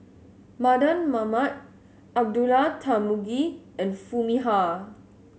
Mardan Mamat Abdullah Tarmugi and Foo Mee Har